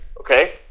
okay